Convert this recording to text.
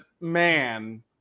man